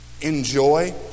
enjoy